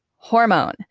Hormone